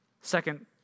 Second